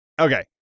okay